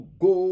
go